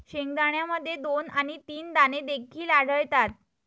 शेंगदाण्यामध्ये दोन आणि तीन दाणे देखील आढळतात